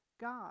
God